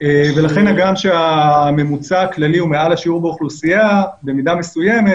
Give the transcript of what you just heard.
ולכן הגם שהממוצע הכללי הוא מעל השיעור באוכלוסייה במידה מסוימת,